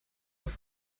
auf